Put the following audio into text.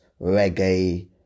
Reggae